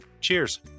cheers